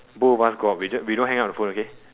both of us go out we ju~ we don't hang up the phone okay